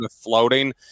floating